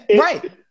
right